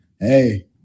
hey